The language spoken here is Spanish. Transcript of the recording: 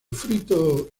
frito